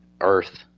earth